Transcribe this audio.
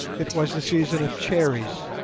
it was the season of cherries.